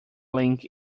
link